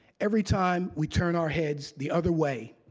every time we turn our heads the other way,